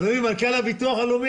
אדוני מנכ"ל הביטוח הלאומי,